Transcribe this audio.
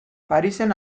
parisen